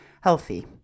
healthy